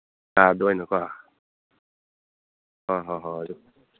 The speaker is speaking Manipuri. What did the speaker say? ꯀꯥꯔꯗꯨ ꯑꯣꯏꯅꯀꯣ ꯍꯣꯏ ꯍꯣꯏ ꯍꯣꯏ ꯑꯗꯨ